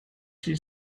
she